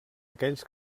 aquells